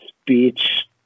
speech